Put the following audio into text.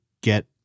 get